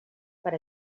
per